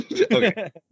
okay